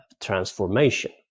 transformation